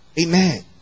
Amen